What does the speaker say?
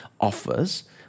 offers